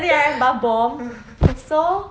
thirty R_M bath bombs so